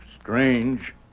strange